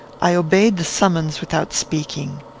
i obeyed the summons without speaking.